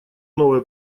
новое